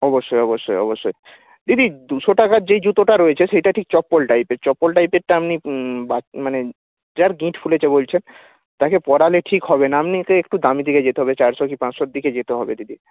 অবশ্যই অবশ্যই অবশ্যই দিদি দুশো টাকার যেই জুতোটা রয়েছে সেটা ঠিক চপ্পল টাইপের চপ্পল টাইপেরটা আপনি মানে যার গিঁট ফুলেছে বলছেন তাকে পরালে ঠিক হবে না আপনি তো একটু দামির দিকে যেতে হবে চারশো কি পাঁচশোর দিকে যেতে হবে দিদি